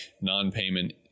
non-payment